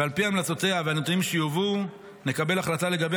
ועל פי המלצותיה והנתונים שיובאו נקבל החלטה לגבי